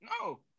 No